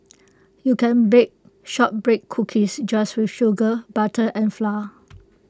you can bake Shortbread Cookies just with sugar butter and flour